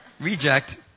reject